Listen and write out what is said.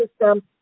system